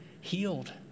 healed